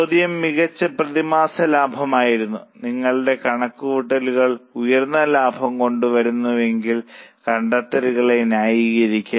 ചോദ്യം മികച്ച പ്രതിമാസ ലാഭമായിരുന്നു നിങ്ങളുടെ കണക്കുകൂട്ടലുകൾ ഉയർന്ന ലാഭം കൊണ്ടുവരുന്നുവെങ്കിൽ കണ്ടെത്തലുകളെ ന്യായീകരിക്കുക